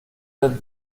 del